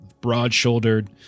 broad-shouldered